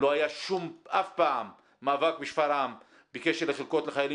לא היה אף פעם מאבק בשפרעם בקשר לחלקות לחיילים